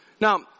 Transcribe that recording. Now